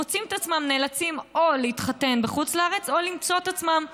מוצאים את עצמם נאלצים או להתחתן בחוץ לארץ או למצוא את עצמם,